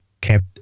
kept